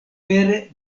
pere